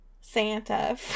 Santa